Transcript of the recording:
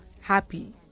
happy